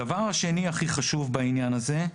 הדבר השני הכי חשוב בעניין הזה,